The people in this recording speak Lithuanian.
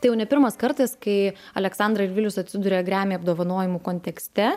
tai jau ne pirmas kartas kai aleksandra ir vilius atsiduria gremy apdovanojimų kontekste